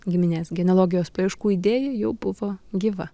giminės genealogijos paieškų idėja jau buvo gyva